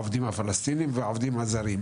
בעובדים הפלסטינים ובעובדים הזרים,